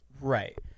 Right